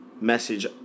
message